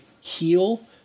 heal